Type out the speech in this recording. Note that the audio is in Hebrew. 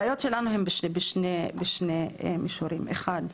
הבעיות שלנו הן בשני מישורים: אחד,